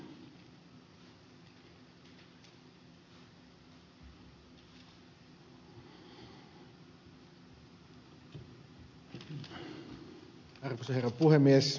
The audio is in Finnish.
arvoisa herra puhemies